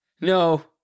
no